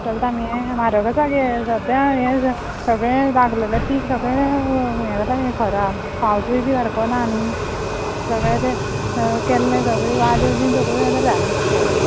चलता मगे म्हारग आसा गे सद्या हें सगळें लागललें पीक सगळें हें जालां गे खराब पावसूय बी सारको ना न्हय सगळें तें केन्नाय सगळें वाद्यो बी सगळ्यो हें जाल्या डिस्ट्रॉय